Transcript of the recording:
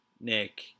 Nick